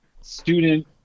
student